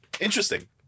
interesting